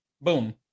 Boom